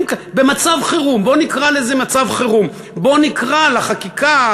במצב חירום, בוא נקרא לזה מצב חירום.